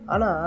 Ana